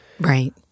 Right